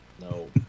no